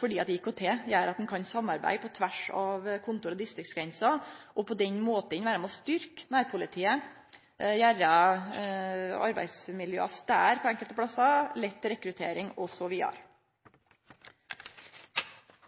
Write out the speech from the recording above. fordi IKT gjer at ein kan samarbeide på tvers av kontor og distriktsgrenser. På den måten kan ein vere med og styrkje nærpolitiet, gjere arbeidsmiljøet større på enkelte plassar, lette rekrutteringa osv.